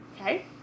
Okay